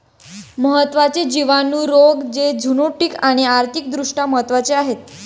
महत्त्वाचे जिवाणू रोग जे झुनोटिक आणि आर्थिक दृष्ट्या महत्वाचे आहेत